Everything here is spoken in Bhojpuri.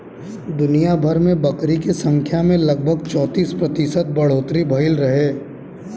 दुनियाभर में बकरी के संख्या में लगभग चौंतीस प्रतिशत के बढ़ोतरी भईल रहे